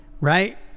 right